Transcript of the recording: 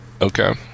Okay